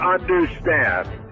understand